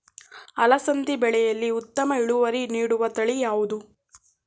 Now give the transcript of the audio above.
ಅಲಸಂದಿ ಬೆಳೆಯಲ್ಲಿ ಉತ್ತಮ ಇಳುವರಿ ನೀಡುವ ತಳಿ ಯಾವುದು?